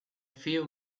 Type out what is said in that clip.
few